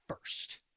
first